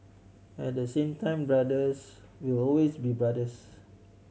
at the same time brothers will always be brothers